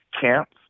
camps